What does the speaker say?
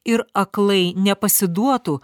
ir aklai nepasiduotų